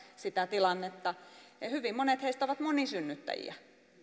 sitä tilannetta hyvin monet heistä ovat monisynnyttäjiä